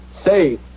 say